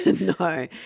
No